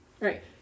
Right